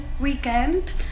weekend